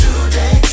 Today